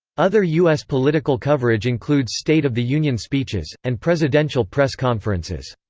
other u s. political coverage includes state of the union speeches, and presidential press conferences.